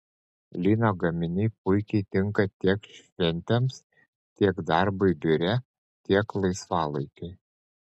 lino gaminiai puikiai tinka tiek šventėms tiek darbui biure tiek laisvalaikiui